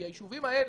כי היישובים האלה,